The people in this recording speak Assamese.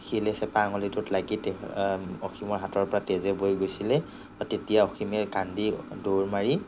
শিলে চেপা আঙুলিটোত লাগি তেখে অসীমৰ হাতৰ পৰা তেজে বৈ গৈছিলে আৰু তেতিয়া অসীমে কান্দি দৌৰ মাৰি